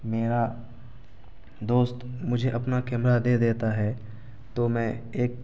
میرا دوست مجھے اپنا کیمرہ دے دیتا ہے تو میں ایک